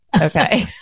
Okay